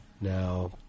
Now